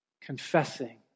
Confessing